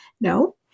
No